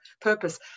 purpose